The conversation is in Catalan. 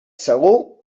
segur